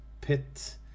pit